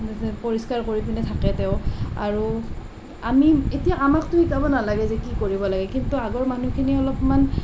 পৰিষ্কাৰ কৰি পিনে থাকে তেওঁ আৰু আমি এতিয়া আমাকতো শিকাব নালাগে যে কি কৰিব লাগে কিন্তু আগৰ মানুহখিনিয়ে অলপমান